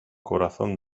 corazón